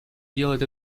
делает